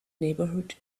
neighborhood